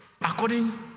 according